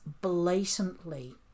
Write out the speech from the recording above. blatantly